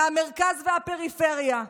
מהמרכז והפריפריה,